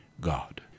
God